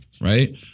right